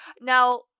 Now